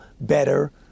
better